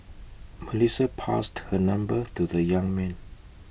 Melissa passed her number to the young man